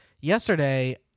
yesterday